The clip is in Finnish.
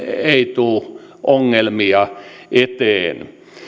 ei tule ongelmia eteen